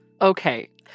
Okay